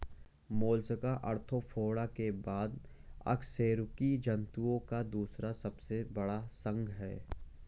Mollusca Arthropoda के बाद अकशेरुकी जंतुओं का दूसरा सबसे बड़ा संघ है